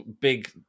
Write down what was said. big